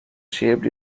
shaped